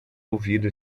ouvido